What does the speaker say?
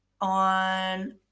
on